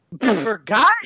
forgot